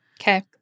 Okay